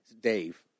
Dave